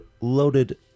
loaded